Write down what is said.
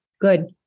Good